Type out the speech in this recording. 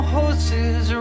horses